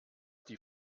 die